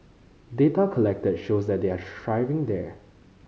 data collected shows that they are thriving there